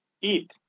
Eat